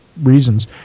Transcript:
reasons